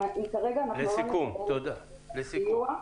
אם לא נותנים כרגע סיוע,